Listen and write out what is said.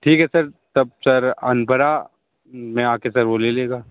ठीक है सर तब सर अनपरा मैं आके सर वो ले लेगा